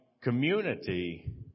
community